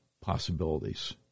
possibilities